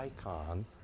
icon